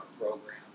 program